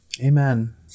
Amen